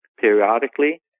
periodically